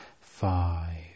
five